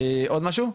עוד משהו ליאור?